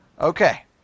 Okay